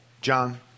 John